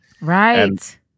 Right